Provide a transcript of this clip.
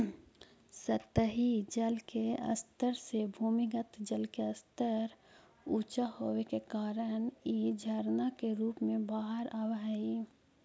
सतही जल के स्तर से भूमिगत जल के स्तर ऊँचा होवे के कारण इ झरना के रूप में बाहर आवऽ हई